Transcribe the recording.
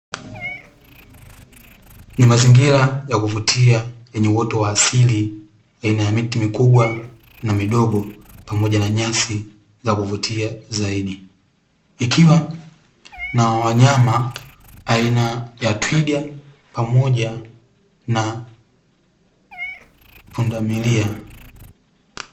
Ni mazingira ya kuvutia yenye uoto wa asili aina miti mikubwa na midogo, pamoja na nyasi za kuvutia zaidi. Ikiwa na wanyama aina ya twiga, pamoja na pundamilia.